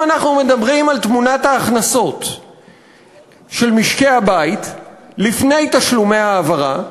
אם אנחנו מדברים על תמונת ההכנסות של משקי-הבית לפני תשלומי ההעברה,